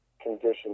conditions